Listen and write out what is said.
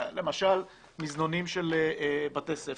למשל מזנונים של בתי ספר,